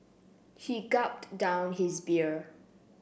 he gulped down his beer